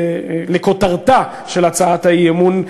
לכותרתה של הצעת האי-אמון,